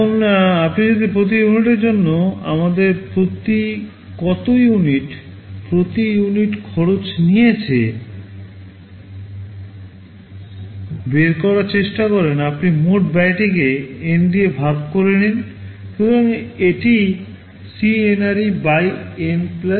এখন আপনি যদি প্রতি ইউনিটের জন্য আমাদের প্রতি কত ইউনিট প্রতি ইউনিট খরচ নিয়েছে তা গণনা করার চেষ্টা করেন আপনি মোট ব্যয়টিকে N দ্বারা ভাগ করে নিন সুতরাং এটি CNRE N Cunit